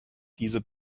diese